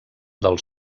del